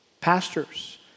pastors